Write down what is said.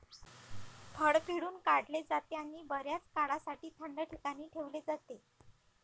फळ पिळून काढले जाते आणि बर्याच काळासाठी थंड ठिकाणी ठेवले जाते